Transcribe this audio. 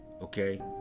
Okay